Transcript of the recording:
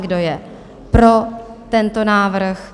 Kdo je pro tento návrh?